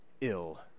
ill